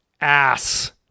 ass